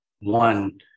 One